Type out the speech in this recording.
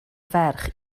ferch